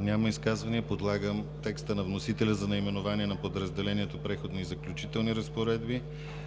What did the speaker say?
Няма изказвания. Подлагам текста на вносителя за наименование на подразделението „Преходни и заключителни разпоредби“,